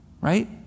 right